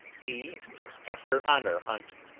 he after honour hunts,